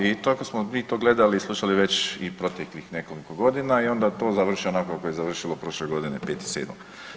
I tako smo mi to gledali i slušali već i proteklih nekoliko godina i onda to završi onako kako je završilo prošle godine 5.7.